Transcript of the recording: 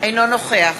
אינו נוכח